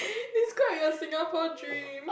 describe your Singapore dream